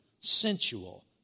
sensual